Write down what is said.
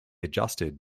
adjusted